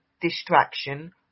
distraction